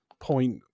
point